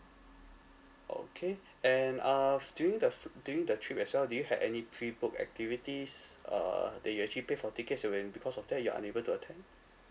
okay and uh f~ during the fru~ during the trip as well do you had any pre-book activities uh that you actually pay for tickets so when because of that you're unable to attend